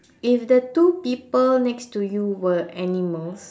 if the two people next to you were animals